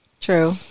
true